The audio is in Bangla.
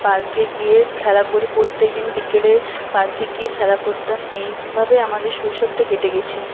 পার্কে গিয়ে খেলা করি প্রত্যেকদিন বিকেলে পার্কে গিয়ে খেলা করতাম এইভাবে আমাদের শৈশবটা কেটে গেছে